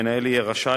המנהל יהיה רשאי,